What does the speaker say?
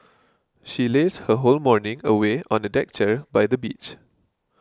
she lazed her whole morning away on a deck chair by the beach